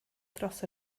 dros